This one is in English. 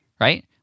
right